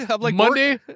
Monday